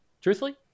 Truthfully